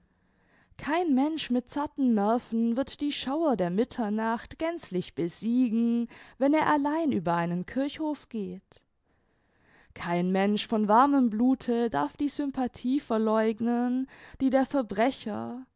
kein mensch mit zarten nerven wird die schauer der mitternacht gänzlich besiegen wenn er allein über einen kirchhof geht kein mensch von warmem blute darf die sympathie verläugnen die der verbrecher